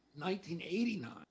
1989